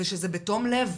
ושזה בתום לב.